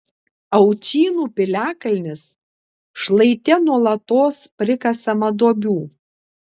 aučynų piliakalnis šlaite nuolatos prikasama duobių